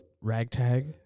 Ragtag